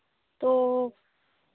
तो